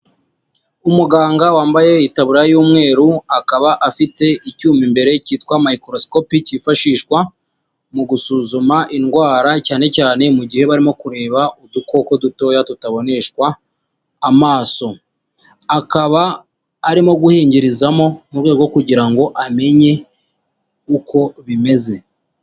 Umuganga wambaye itaburiya y'umweru, akaba afite icyuma imbere kitwa mayikorosikopi kifashishwa mu gusuzuma indwara, cyane cyane mu gihe barimo kureba udukoko dutoya tutaboneshwa amaso, akaba arimo guhengerezamo mu rwego kugira ngo amenye uko bimeze.